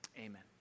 amen